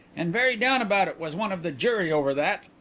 and very down about it was one of the jury over that.